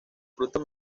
frutos